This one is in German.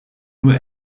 nur